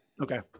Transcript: Okay